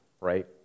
right